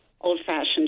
old-fashioned